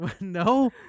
No